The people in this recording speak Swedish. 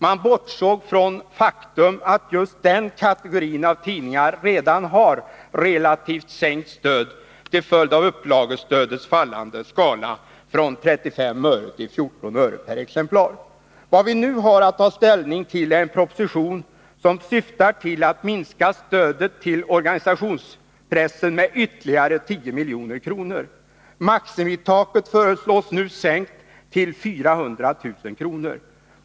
Man bortsåg från faktum att just denna kategori av tidningar redan har relativt sett sänkt stöd till följd av upplagestödets fallande skala från 35 öre till 14 öre per exemplar. Vad vi nu har att ta ställning till är en proposition som syftar till att minska stödet till organisationspressen med ytterligare 10 milj.kr. Maximitaket 89 föreslås nu sänkt till 400 000 kr.